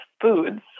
foods